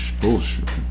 bullshit